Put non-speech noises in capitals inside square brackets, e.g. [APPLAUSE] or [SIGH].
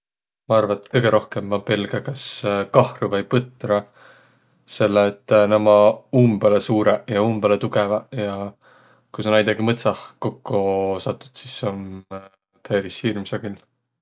Ma arva, et kõgõ rohkõmb ma pelgä kas kahru vai põtra, selle et [HESITATION] nä ommaq umbõlõ suurõq ja umbõlõ tugõvaq ja ku sa näidega mõtsah kokko satut, sis om peris hirmsa külh.